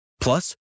Plus